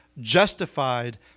Justified